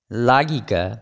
लागिके